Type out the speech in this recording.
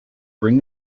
bring